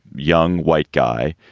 young white guy.